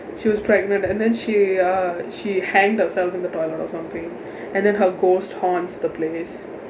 she was pregnant and then she uh she hanged herself in the toilet or something and then her ghost haunts the place